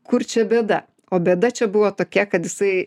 kur čia bėda o bėda čia buvo tokia kad jisai